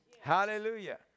Hallelujah